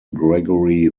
gregory